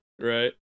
right